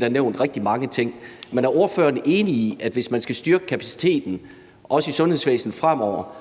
der nævnt rigtig mange ting, men er ordføreren enig i, at hvis man skal styrke kapaciteten også i sundhedsvæsenet fremover,